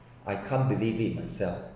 I can't believe it myself